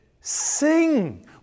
sing